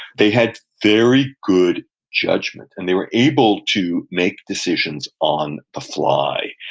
they had very good judgment, and they were able to make decisions on the fly.